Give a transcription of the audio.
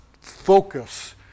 focus